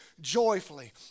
joyfully